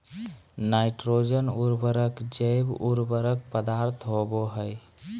nitrogen उर्वरक जैव उर्वरक पदार्थ होबो हइ